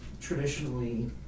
traditionally